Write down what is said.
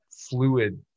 fluid